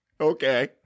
Okay